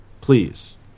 please